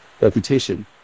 reputation